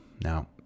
Now